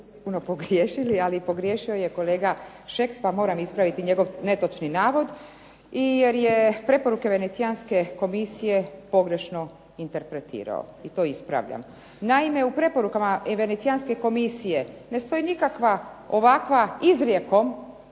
pogriješio je kolega Šeks, pa moram ispraviti njegov netočni navod jer je preporuke Venecijanske komisije pogrešno interpretirao i to ispravljam. Naime, u preporukama Venecijanske komisije ne stoji nikakva ovakva izrijekom